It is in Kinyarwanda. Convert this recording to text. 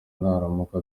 naramuka